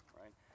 right